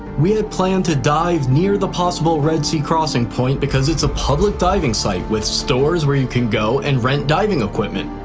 we had planned to dive near the possible red sea crossing point because it's a public diving site with stores where you can go and rent diving equipment.